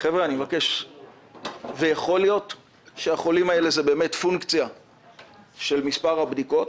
יכול להיות שהחולים האלה זה תוצאה של מספר הבדיקות